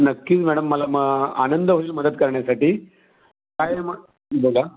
नक्की मॅडम मला मं आनंद होईल मदत करण्यासाठी काय मग बोला